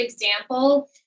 example